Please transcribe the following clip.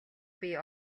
бие